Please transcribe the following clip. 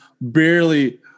barely